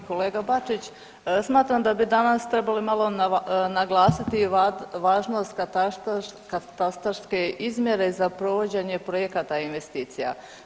Poštovani kolega Bačić, smatram da bi danas trebali malo naglasiti važnost katastarske izmjere za provođenje projekata investicija.